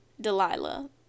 Delilah